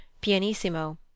Pianissimo